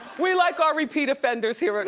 we like our repeat offenders here at